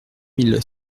mille